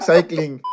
Cycling